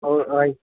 ओ हय